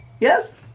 yes